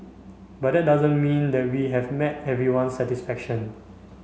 but that doesn't mean that we have met everyone's satisfaction